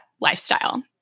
lifestyle